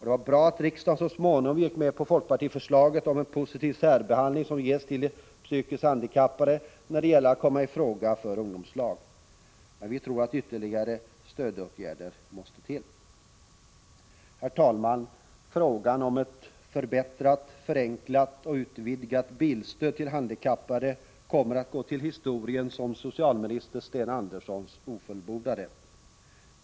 Det var bra att riksdagen så småningom gick med på folkpartiförslaget om att en positiv särbehandling skulle ges till de psykiskt handikappade när det gäller att komma i fråga för arbete i ungdomslag. Vi tror emellertid att ytterligare stödåtgärder måste till. Herr talman! Frågan om ett förbättrat, förenklat och utvidgat bilstöd till handikappade kommer att gå till historien som socialminister Sten Anderssons ofullbordade.